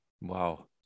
wow